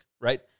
right